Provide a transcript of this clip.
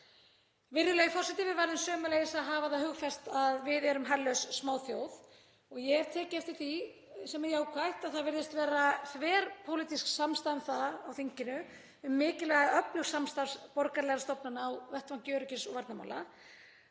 Virðulegi forseti. Við verðum sömuleiðis að hafa það hugfast að við erum herlaus smáþjóð og ég hef tekið eftir því, sem er jákvætt, að það virðist vera þverpólitísk samstaða á þinginu um mikilvægi öflugs samstarfs borgaralegra stofnana á vettvangi öryggis- og varnarmála